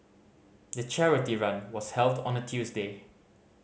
the charity run was held on a Tuesday